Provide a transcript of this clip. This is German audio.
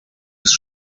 ist